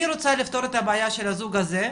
אני רוצה לפתור את הבעיה של הזוג הזה,